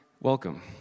Welcome